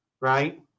right